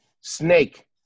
Snake